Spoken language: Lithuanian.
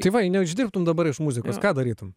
tai va jei neuždirbtum dabar iš muzikos ką darytum